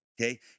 Okay